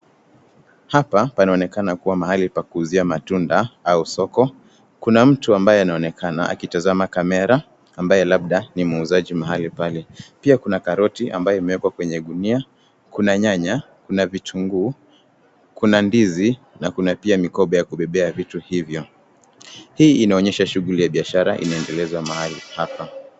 Hapa panaonekana kuwa mahali pa kuuzia matunda au soko. Kuna mtu ambaye anaonekana akitazama kamera ambaye labda ni muuzaji mahali pale. Pia kuna karoti ambayo imewekwa kwenye gunia, kuna nyanya, kuna vitunguu, kuna ndizi na kuna pia mikoba ya kubebea vitu hivyo. Hii inaonyesha shughuli ya biashara inaendelezwa mahali hapa.